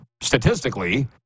Statistically